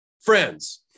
friends